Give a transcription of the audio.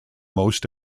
most